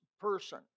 person